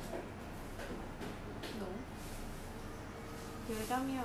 no he will tell me [one] beforehand if he coming